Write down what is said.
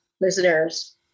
listeners